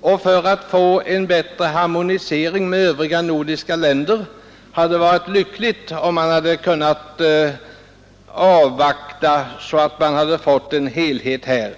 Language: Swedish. och för att få en bättre harmonisering med övriga nordiska länder hade varit lyckligt, om man kunnat avvakta och skapa ett samlat förslag.